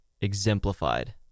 exemplified